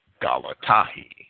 Galatahi